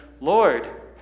Lord